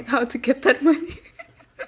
like how to get that money